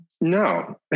No